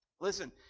Listen